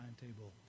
timetable